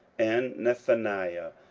and nethaniah,